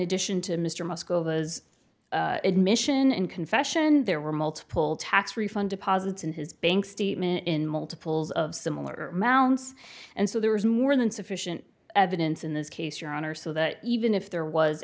addition to mr moscow was admission in confession there were multiple tax refund deposits in his bank statement in multiples of similar amounts and so there was more than sufficient evidence in this case your honor so that even if there was